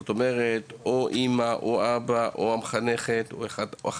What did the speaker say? זו תוכנית שהרעיון שלה הוא שאחד ההורים או מחנכת כיתה,